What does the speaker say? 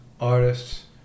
artists